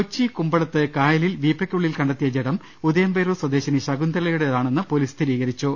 കൊച്ചി കുമ്പളത്ത് കായലിൽ വീപ്പക്കുള്ളിൽ കണ്ടെത്തിയ ജഡം ഉദയം പേരൂർ സ്വദേശിനി ശകുന്തളയുടേതാണെന്ന് പോലീസ് സ്ഥിരീ കരിച്ചു